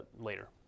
later